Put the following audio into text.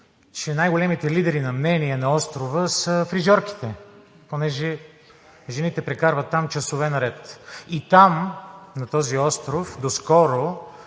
че най-големите лидери на мнение на острова са фризьорките, понеже жените прекарват там часове наред, и там на този остров доскоро